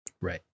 Right